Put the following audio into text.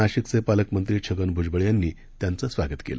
नाशिकचे पालकमंत्री छगन भूजबळ यांनी त्यांचं स्वागत केलं